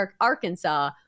Arkansas